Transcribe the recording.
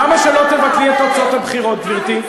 למה שלא תבטלי את תוצאות הבחירות, גברתי?